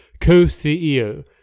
co-CEO